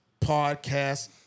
podcast